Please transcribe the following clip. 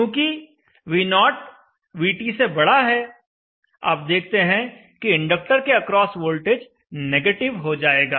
चूँकि V0 VT है आप देखते हैं कि इंडक्टर के अक्रॉस वोल्टेज नेगेटिव हो जाएगा